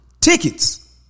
tickets